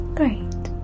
great